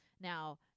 Now